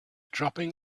dropping